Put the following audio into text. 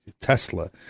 Tesla